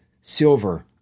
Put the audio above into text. silver